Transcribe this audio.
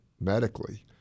medically